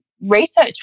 research